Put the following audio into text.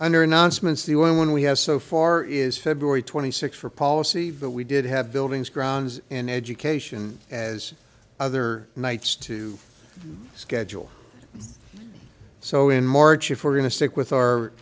under announcements the one we have so far is february twenty sixth for policy that we did have buildings grounds and education as other nights to schedule so in march if we're going to stick with our